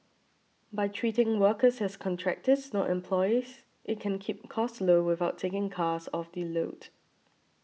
by treating workers as contractors not employees it can keep costs low without taking cars off the road